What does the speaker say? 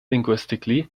linguistically